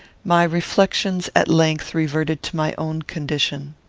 my reflections at length reverted to my own condition.